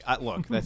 Look